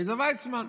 עזר ויצמן.